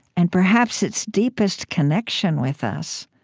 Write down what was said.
and perhaps its deepest connection with us,